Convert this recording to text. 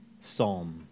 psalm